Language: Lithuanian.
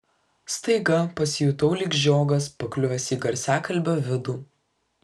staiga pasijutau lyg žiogas pakliuvęs į garsiakalbio vidų